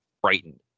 frightened